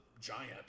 giant